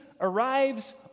arrives